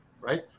right